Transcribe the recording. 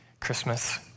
Christmas